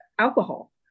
Alcohol